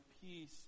peace